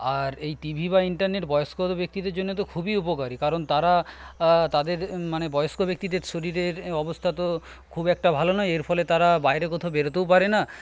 আর এই টিভি বা ইন্টারনেট বয়স্ক ব্যক্তিদের জন্যে তো খুবই উপকারি কারণ তারা তাঁদের মানে বয়স্ক ব্যক্তিদের শরীরের অবস্থা তো খুব একটা ভালো নয় এর ফলে তারা বাইরে কোথাও বেরোতেও পারেনা